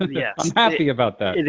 i'm yeah happy about that.